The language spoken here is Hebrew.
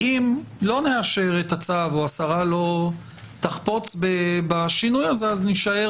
ואם לא נאשר את הצו או השרה לא תחפוף בשינוי הזה אז נישאר